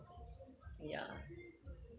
ya